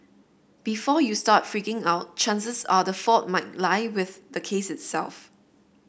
before you start freaking out chances are the fault might lie with the case itself